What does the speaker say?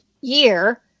year